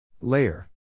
Layer